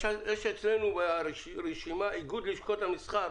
יש אצלנו ברשימה איגוד לשכות המסחר,